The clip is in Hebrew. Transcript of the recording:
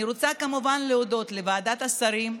אני רוצה כמובן להודות לוועדת השרים,